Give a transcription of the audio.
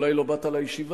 אולי לא באת לישיבה,